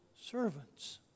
servants